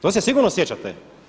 To se sigurno sjećate.